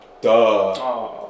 Duh